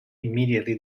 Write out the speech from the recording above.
immediately